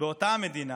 באותה המדינה